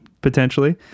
potentially